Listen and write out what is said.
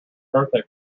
birthday